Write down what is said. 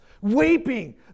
weeping